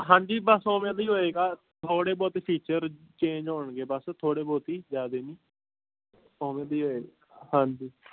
ਹਾਂਜੀ ਬਸ ਉਵੇਂ ਦਾ ਹੀ ਹੋਏਗਾ ਥੋੜ੍ਹੇ ਬਹੁਤ ਫੀਚਰ ਚੇਂਜ ਹੋਣਗੇ ਬਸ ਥੋੜ੍ਹੇ ਬਹੁਤ ਜ਼ਿਆਦਾ ਨਹੀਂ ਉਵੇਂ ਦੀ ਹੋਏ ਹਾਂਜੀ